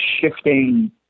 shifting